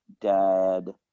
dad